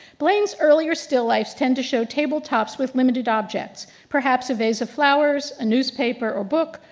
blaine's earlier still lifes tend to show table tops with limited objects perhaps a vase of flowers, a newspaper or book,